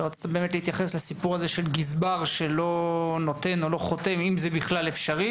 ורצתה להתייחס לסיפור של גזבר שלא חותם והאם זה אפשרי.